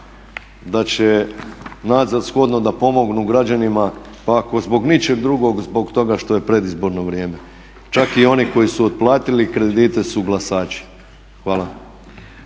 da će naći za shodno da pomognu građanima pa ako zbog ničeg drugog zbog toga što je predizborno vrijeme. Čak i oni koji su otplatili kredite su glasači. Hvala.